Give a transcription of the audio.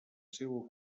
seua